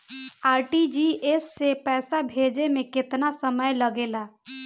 RTGS से पैसा भेजे में केतना समय लगे ला?